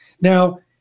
now